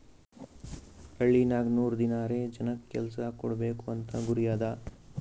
ಹಳ್ಳಿನಾಗ್ ನೂರ್ ದಿನಾರೆ ಜನಕ್ ಕೆಲ್ಸಾ ಕೊಡ್ಬೇಕ್ ಅಂತ ಗುರಿ ಅದಾ